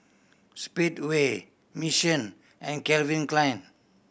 Speedway Mission and Calvin Klein